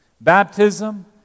Baptism